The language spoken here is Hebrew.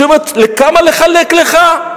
לכמה לחלק לך?